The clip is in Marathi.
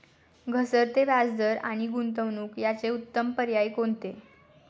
घसरते व्याजदर आणि गुंतवणूक याचे उत्तम पर्याय कोणते?